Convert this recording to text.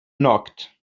knocked